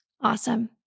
Awesome